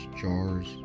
jars